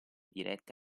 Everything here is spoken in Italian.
dirette